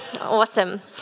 Awesome